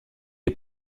est